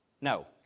no